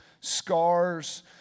scars